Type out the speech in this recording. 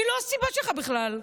אני לא הסיבה שלך בכלל.